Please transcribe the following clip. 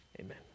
Amen